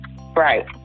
right